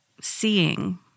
seeing